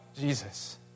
Jesus